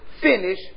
finish